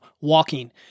walking